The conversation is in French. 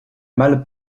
malle